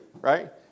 right